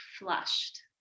flushed